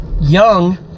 young